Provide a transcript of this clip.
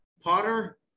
Potter